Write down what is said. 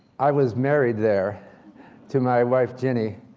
i was married there to my wife, jenny.